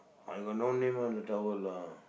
I got no name on the towel lah